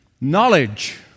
Knowledge